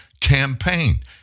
campaign